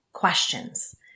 questions